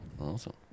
Awesome